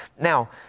Now